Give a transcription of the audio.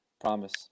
promise